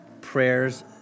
prayers